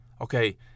Okay